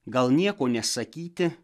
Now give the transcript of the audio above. gal nieko nesakyti